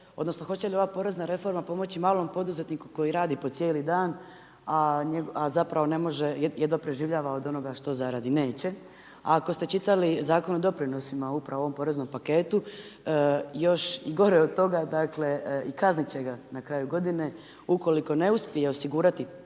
odnosno hoće li ova porezna reforma pomoći malom poduzetniku koji rade po cijeli dan a zapravo jedva preživljava od onoga što zaradi? Neće. ako ste čitali Zakon o doprinosima upravo u ovom poreznom paketu, još gore od toga, dakle i kaznit će ga na kraju godine ukoliko ne uspije osigurati